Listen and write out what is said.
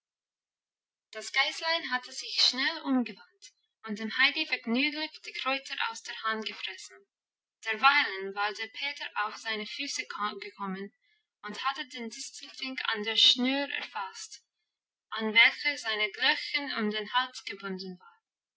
das geißlein hatte sich schnell umgewandt und dem heidi vergnüglich die kräuter aus der hand gefressen derweilen war der peter auf seine füße gekommen und hatte den distelfink an der schnur erfasst an welcher sein glöckchen um den hals gebunden war